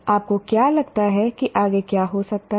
आपको क्या लगता है कि आगे क्या हो सकता है